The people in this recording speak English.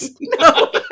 No